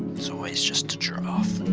it's always just a giraffe.